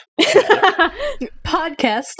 Podcast